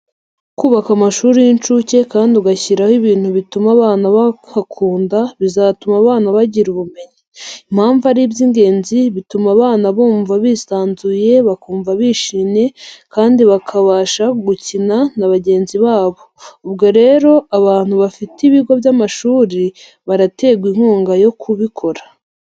Kubaka amashuri y'incuke kandi ugashyiraho ibintu bituma abana bahakunda bizatuma abana bagira ubumenyi. Impamvu ari iby'ingenzi, bituma abana bumva bisanzuye, bakumva bishimye kandi bakabasha gukina n'abagenzi babo. Ubwo rero abantu bafite ibigo by'amashuri baraterwa inkunga yo kubikora.